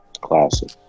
classic